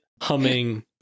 humming